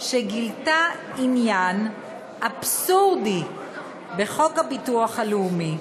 שגילתה עניין אבסורדי בחוק הביטוח הלאומי.